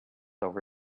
over